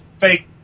fake